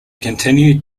continued